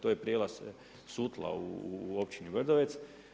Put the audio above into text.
To je prijelaz Sutla u općini Brdovec.